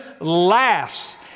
laughs